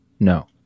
No